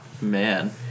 Man